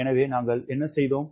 எனவே நாங்கள் என்ன செய்தோம்